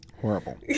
Horrible